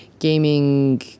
gaming